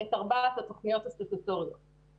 את ארבעת התוכניות הסטטוטוריות.